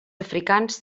africans